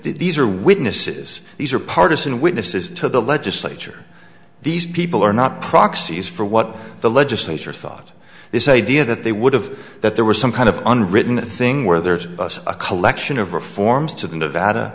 these are witnesses these are partisan witnesses to the legislature these people are not proxies for what the legislature thought this idea that they would have that there was some kind of unwritten thing where there's a collection of reforms to the